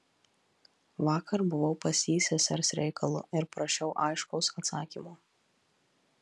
vakar buvau pas jį sesers reikalu ir prašiau aiškaus atsakymo